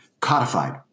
codified